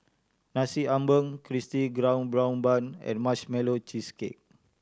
Nasi Ambeng Crispy Golden Brown Bun and Marshmallow Cheesecake